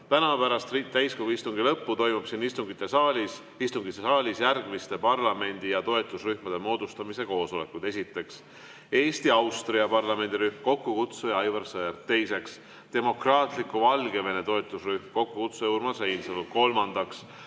Täna pärast täiskogu istungi lõppu toimub siin istungisaalis järgmiste parlamendi- ja toetusrühmade moodustamise koosolekud: esiteks, Eesti-Austria parlamendirühm, kokkukutsuja Aivar Sõerd; teiseks, demokraatliku Valgevene toetusrühm, kokkukutsuja Urmas Reinsalu; kolmandaks,